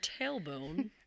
tailbone